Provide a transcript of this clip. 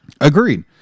Agreed